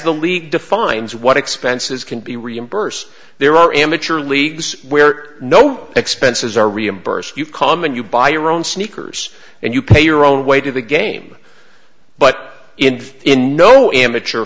the league defines what expenses can be reimbursed there are amateur leagues where no expenses are reimbursed you common you buy your own sneakers and you pay your own way to the game but in in no amateur